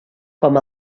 com